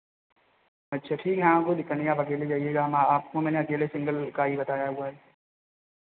अच्छा ठीक है हाँ कोई दिक्कत नहीं आप अकेले जाइएगा हम आपको मैंने अकेले सिंगल का ही बताया हुआ है